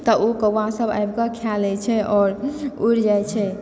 तऽ ओ कौवा सब आबिके खा लए छै आओर उड़ि जाइत छै